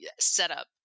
setup